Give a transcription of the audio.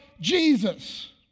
Jesus